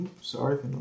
Sorry